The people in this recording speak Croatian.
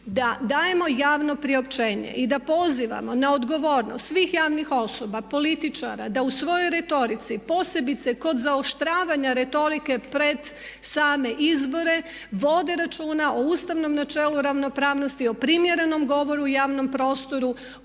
da dajemo javno priopćenje i da pozivamo na odgovornost svih javnih osoba, političara da u svojoj retorici posebice kod zaoštravanja retorike pred same izbore vode računa o ustavnom načelu ravnopravnosti, o primjerenom govoru u javnom prostoru,